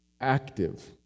active